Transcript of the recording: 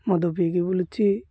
ମଦ ପିଇକି ବୁଲୁଛି